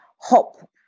hop